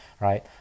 right